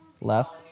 left